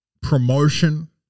promotion